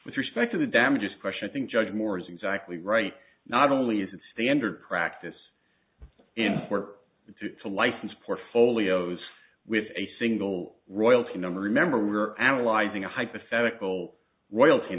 with respect to the damages question think judge moore is exactly right not only is it standard practice import to license portfolios with a single royalty number remember we're analyzing a hypothetical royalty